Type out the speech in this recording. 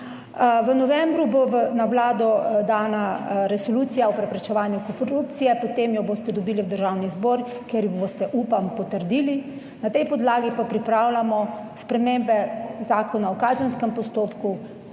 V novembru bo na Vlado dana Resolucija o preprečevanju korupcije, potem jo boste dobili v Državni zbor, kjer jo boste - upam - potrdili, na tej podlagi pa pripravljamo spremembe Zakona o kazenskem postopku,